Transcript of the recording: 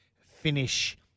finish